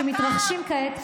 שמתרחשים כעת,